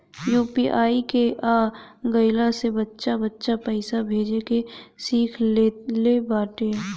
UPI के आ गईला से बच्चा बच्चा पईसा भेजे के सिख लेले बाटे